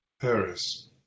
Paris